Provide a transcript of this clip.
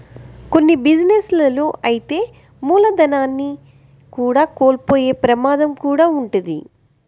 కొన్ని బిజినెస్ లలో అయితే మూలధనాన్ని కూడా కోల్పోయే ప్రమాదం కూడా వుంటది